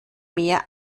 mehr